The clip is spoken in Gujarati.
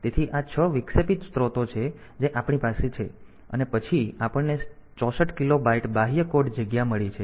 તેથી આ 6 વિક્ષેપિત સ્ત્રોતો છે જે આપણી પાસે છે અને પછી આપણને 64 કિલોબાઈટ બાહ્ય કોડ જગ્યા મળી છે